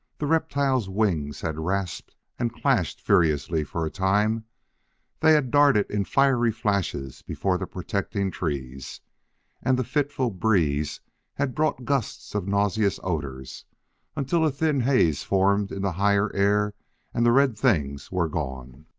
the reptiles' wings had rasped and clashed furiously for a time they had darted in fiery flashes before the protecting trees and the fitful breeze had brought gusts of nauseous odors until a thin haze formed in the higher air and the red things were gone.